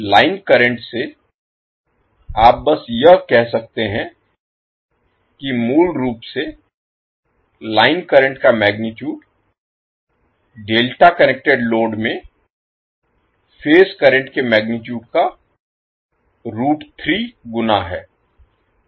line current से आप बस यह कह सकते हैं कि मूल रूप से लाइन करंट का मैगनीटुड डेल्टा कनेक्टेड लोड में फेज करंट के मैगनीटुड का गुना है